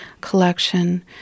collection